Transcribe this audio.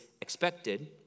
expected